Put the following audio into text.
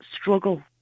struggle